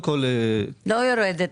לא יורדת.